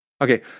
Okay